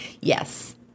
Yes